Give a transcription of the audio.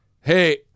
hey